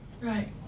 Right